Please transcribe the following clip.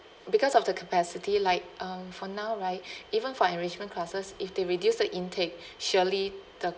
because of the capacity like um for now right even for enrichment classes if they reduce the intake surely the